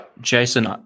Jason